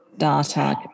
data